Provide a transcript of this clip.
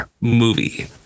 movie